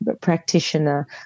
practitioner